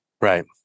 Right